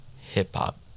Hip-Hop